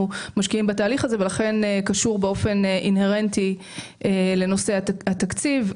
משקיעים בתהליך הזה ולכן קשור באופן אינהרנטי לנושא התקציב.